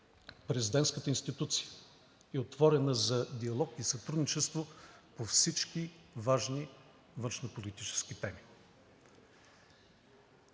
президентската институция е отворена за диалог и сътрудничество по всички важни външнополитически теми.